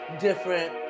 different